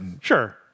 Sure